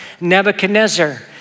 Nebuchadnezzar